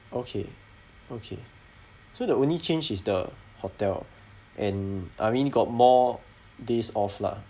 okay okay so the only change is the hotel ah and I mean got more days off lah